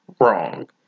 wrong